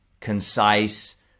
concise